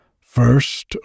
first